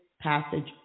passage